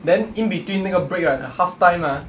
then in-between 那个 break right the half-time ah